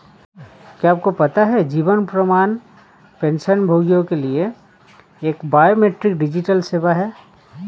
क्या आपको पता है जीवन प्रमाण पेंशनभोगियों के लिए एक बायोमेट्रिक डिजिटल सेवा है?